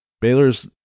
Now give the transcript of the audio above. Baylor's